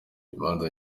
imanza